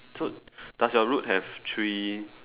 so does your roof have three